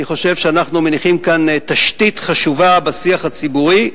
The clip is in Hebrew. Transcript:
אני חושב שאנחנו מניחים כאן תשתית חשובה בשיח הציבורי,